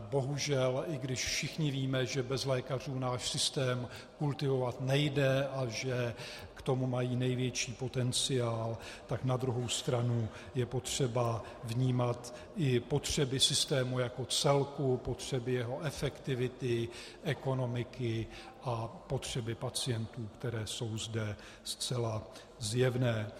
Bohužel, i když všichni víme, že bez lékařů náš systém kultivovat nejde a že k tomu mají největší potenciál, tak na druhou stranu je potřeba vnímat i potřeby systému jako celku, potřeby jeho efektivity, ekonomiky a potřeby pacientů, které jsou zde zcela zjevné.